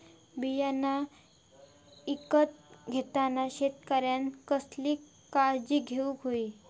बियाणा ईकत घेताना शेतकऱ्यानं कसली काळजी घेऊक होई?